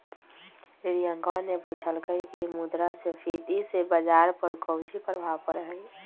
रियंकवा ने पूछल कई की मुद्रास्फीति से बाजार पर काउची प्रभाव पड़ा हई?